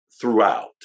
throughout